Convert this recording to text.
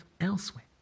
elsewhere